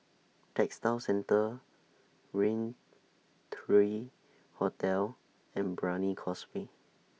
Textile Centre Rain three Hotel and Brani Causeway